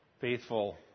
Faithful